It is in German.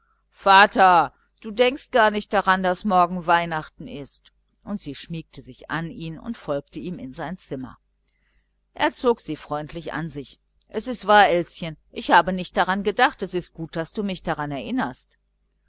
vater du denkst gar nicht daran daß morgen weihnachten ist und sie schmiegte sich an ihn und folgte ihm in sein zimmer er zog sie freundlich an sich es ist wahr elschen ich habe nicht daran gedacht es ist gut daß du mich erinnerst